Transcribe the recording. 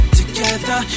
together